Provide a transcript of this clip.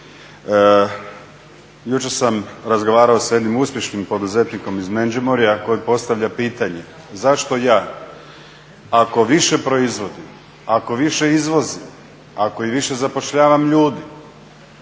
Jučer sam razgovarao sa jedinim uspješnim poduzetnikom iz Međimurja koji postavlja pitanje, zašto ja ako više proizvodim, ako više izvozim, ako više zapošljavam ljudi,